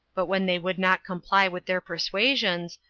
but when they would not comply with their persuasions,